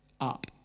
up